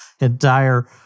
entire